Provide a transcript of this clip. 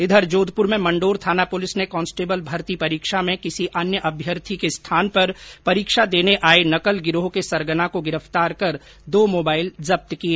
इधर जोधपुर में मण्डोर थाना पुलिस ने कांस्टेबल भर्ती परीक्षा में किसी अन्य अभ्यर्थी के स्थान पर परीक्षा देने आए नकल गिरोह के सरगना को गिरफ्तार कर दो मोबाइल जब्त किए